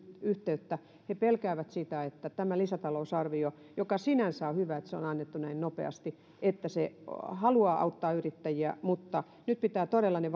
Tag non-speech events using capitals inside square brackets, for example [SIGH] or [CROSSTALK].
yhteyttä he pelkäävät sitä että vaikka tämä lisätalousarvio sinänsä on hyvä että se on annettu näin nopeasti haluaa auttaa yrittäjiä niin nyt pitää todella ne [UNINTELLIGIBLE]